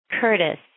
Curtis